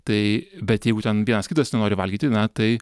tai bet jeigu ten vienas kitas nenori valgyti na tai